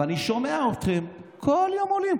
ואני שומע אתכם כל יום עולים,